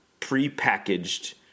prepackaged